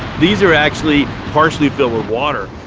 these are actually partially filled with water,